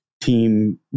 team